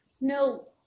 No